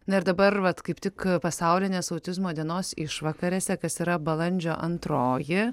na ir dabar vat kaip tik pasaulinės autizmo dienos išvakarėse kas yra balandžio antroji